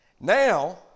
Now